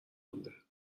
مونده